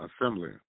assembly